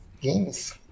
games